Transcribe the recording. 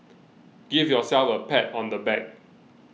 give yourselves a pat on the back